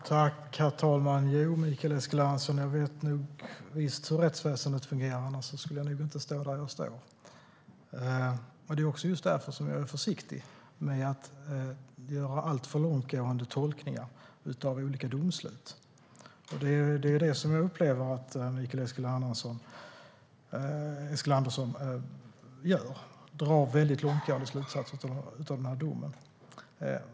Herr talman! Jo, Mikael Eskilandersson, jag vet nog visst hur rättsväsendet fungerar; annars skulle jag nog inte stå där jag står. Det är också just därför jag är försiktig med att göra alltför långtgående tolkningar av olika domslut. Det är det jag upplever att Mikael Eskilandersson gör - drar väldigt långtgående slutsatser av den här domen.